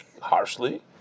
harshly